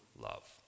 love